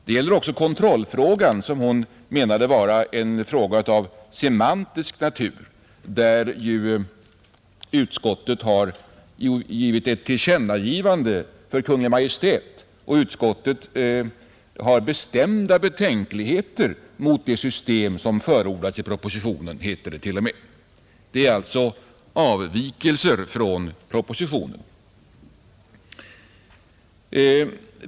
Det gäller också kontrollfrågan — som hon menade var ett spörsmål av semantisk natur — där ju utskottet har föreslagit ett tillkännagivande för Kungl. Maj:t. Det heter där t.o.m. att utskottet har bestämda betänkligheter emot det system som förordas i propositionen. Detta innebär avvikelser från propositionen.